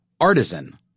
artisan